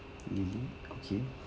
lili okay